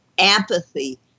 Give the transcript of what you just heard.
apathy